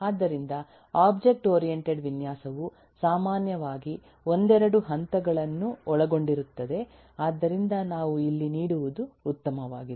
ಆದ್ದರಿಂದ object oriented ವಿನ್ಯಾಸವು ಸಾಮಾನ್ಯವಾಗಿ ಒಂದೆರಡು ಹಂತಗಳನ್ನು ಒಳಗೊಂಡಿರುತ್ತದೆ ಆದ್ದರಿಂದ ನಾವು ಇಲ್ಲಿ ನೀಡುವುದು ಉತ್ತಮವಾಗಿದೆ